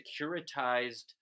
securitized